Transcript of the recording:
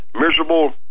miserable